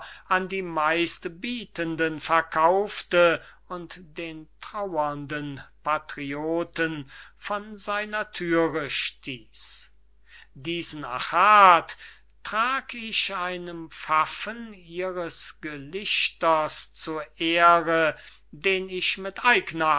an die meistbietenden verkaufte und den traurenden patrioten von seiner thüre stieß diesen achat trag ich einem pfaffen ihres gelichters zur ehre den ich mit eigener